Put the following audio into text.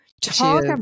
Talk